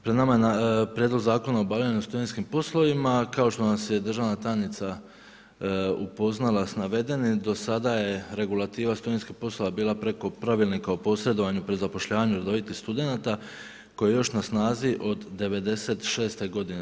Pred nama je Prijedlog zakona o obavljanju studentskih poslova, kao što nas je državna tajnica upoznala s navedenim do sada je regulativa studentskih poslova bila preko Pravilnika o posredovanju pri zapošljavanju redovitih studenata koji je još na snazi od '96. godine.